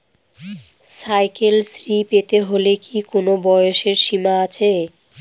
Cycle Shri পেতে হলে কি কোনো বয়সের সীমা আছে?